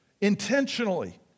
intentionally